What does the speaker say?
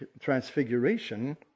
Transfiguration